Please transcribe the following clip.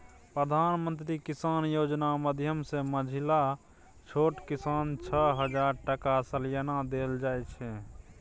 प्रधानमंत्री किसान योजना माध्यमसँ माँझिल आ छोट किसानकेँ छअ हजार टका सलियाना देल जाइ छै